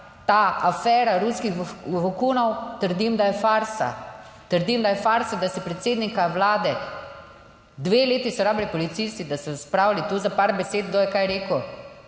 ta afera ruskih vohunov, trdim, da je farsa. Trdim, da je farsa, da se predsednika Vlade, dve leti so rabili policisti, da so spravili tu za par besed, kdo je kaj rekel,